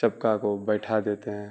چپکا کو بیٹھا دیتے ہیں